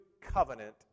covenant